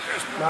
אנחנו בעד.